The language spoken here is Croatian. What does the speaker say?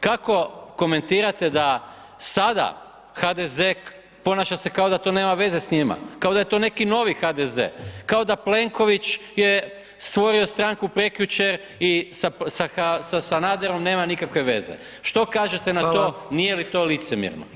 Kako komentirate da sada, HDZ-a ponaša se kao da to nema veze s njima, kao da je to neki novi HDZ, kao da Plenković je stvorio stranku prekjučer i sa Sanaderom nema nikakve veze, što kažete na to, nije li to licemjerno.